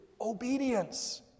obedience